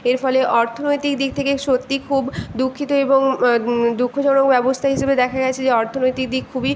এর ফলে অর্থনৈতিক দিক থেকে সত্যি খুব দুঃখিত এবং দুঃখজনক ব্যবস্থা হিসেবে দেখা গিয়েছে যে অর্থনৈতিক দিক খুবই